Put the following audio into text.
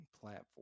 platform